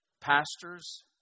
pastors